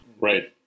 Right